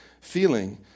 feeling